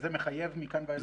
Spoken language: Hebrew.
זה מחייב מכאן ואילך?